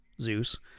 Zeus